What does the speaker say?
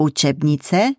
Učebnice